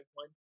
one